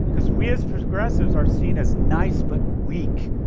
because we as progressives are seen as nice but weak.